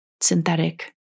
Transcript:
synthetic